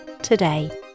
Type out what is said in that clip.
today